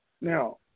Now